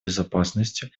безопасностью